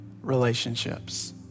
relationships